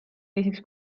teiseks